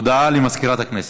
הודעה למזכירת הכנסת.